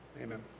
Amen